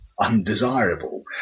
undesirable